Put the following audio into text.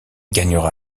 gagnera